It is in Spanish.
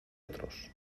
otros